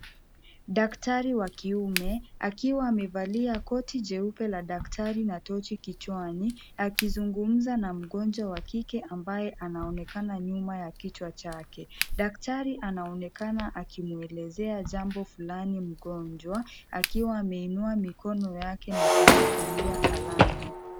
Daktari wa kiume akiwa amevalia koti jeupe la daktari na tochi kichwani, akizungumza na mgonjwa wa kike ambaye anaonekana nyuma ya kichwa chake. Daktari anaonekana akimuelezea jambo fulani monjwa, akiwa ameinua mikono yake na kushikilia kalamu.